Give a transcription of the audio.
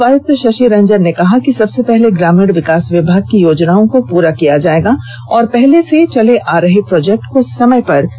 उपायुक्त शशि रंजन ने कहा सबसे पहले ग्रामीण विकास विभाग की योजनाओं का पूरा किया जाएगा और पहले से चले आ रहे प्रोजेक्ट को समय पर किया जाएगा